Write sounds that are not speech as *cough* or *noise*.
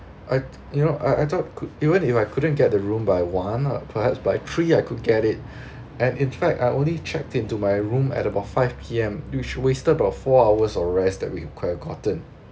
I th~ you know I I thought could even if I couldn't get the room by one uh perhaps by three I could get it *breath* and in fact I only check into my room at about five P_M which wasted about four hours of rest that we could have gotten